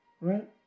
right